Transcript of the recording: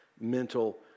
mental